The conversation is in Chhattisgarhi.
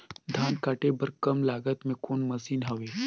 धान काटे बर कम लागत मे कौन मशीन हवय?